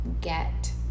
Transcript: get